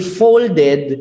folded